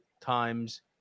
times